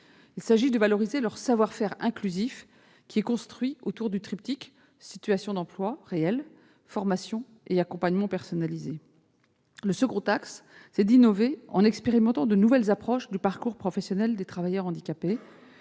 Il s'agit de valoriser leur « savoir-faire inclusif », construit autour du triptyque :« situation d'emploi réelle, formation, accompagnement personnalisé ». Le second axe consiste à innover en expérimentant de nouvelles approches du parcours professionnel des travailleurs handicapés,